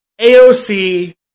AOC